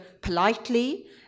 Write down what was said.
politely